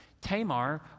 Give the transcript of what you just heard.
Tamar